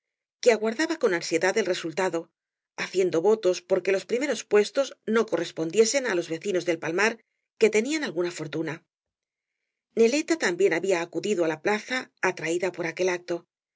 que aguardaba con ansiedad el resultado haciendo votos por que los primeros puestos no correspondiesen á los vecinos del palmar que tenían alguna fortuna neleta también había acudido á la plaza atraída por aquel acto